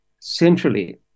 centrally